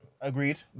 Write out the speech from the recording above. Agreed